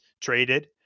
traded